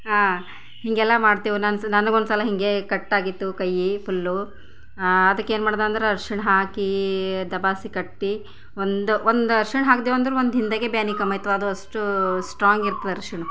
ಹಾಂ ಹೀಗೆಲ್ಲ ಮಾಡ್ತೇವು ನಾನು ನನ್ಗೆ ಒಂದ್ ಸಲ ಹೀಗೆ ಕಟ್ ಆಗಿತ್ತು ಕೈಯ್ಯಿ ಫುಲ್ಲು ಅದಕ್ಕೆ ಏನು ಮಾಡ್ದೆ ಅಂದ್ರೆ ಅರ್ಶಿಣ ಹಾಕಿ ದಬಾಸಿ ಕಟ್ಟು ಒಂದು ಒಂದು ಅರ್ಶಿಣ ಹಾಕ್ದೇವು ಅಂದ್ರೆ ಒಂದು ದಿನದಾಗೆ ಬೇನೆ ಕಮ್ಮಿ ಆಯಿತು ಅದು ಅಷ್ಟು ಸ್ಟ್ರಾಂಗ್ ಇತ್ತು ಅರ್ಶಿಣ